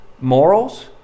morals